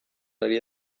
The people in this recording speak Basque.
ari